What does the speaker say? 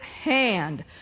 hand